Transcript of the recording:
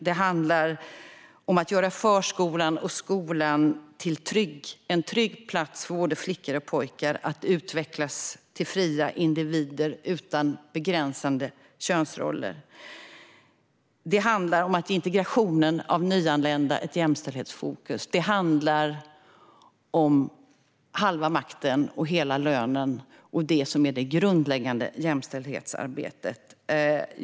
Det handlar om att göra förskolan och skolan till en trygg plats för både flickor och pojkar där de kan utvecklas till fria individer utan begränsande könsroller. Det handlar om att ge integrationen av nyanlända ett jämställdhetsfokus. Det handlar om halva makten och hela lönen och om det som är det grundläggande jämställdhetsarbetet.